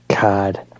God